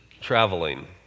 traveling